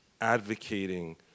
advocating